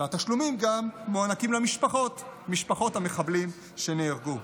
התשלומים גם מוענקים למשפחות המחבלים שנהרגו.